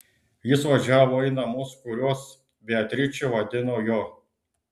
jis važiavo į namus kuriuos beatričė vadino jo